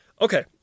Okay